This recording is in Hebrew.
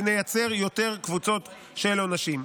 ונייצר יותר קבוצות של עונשים.